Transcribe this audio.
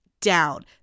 down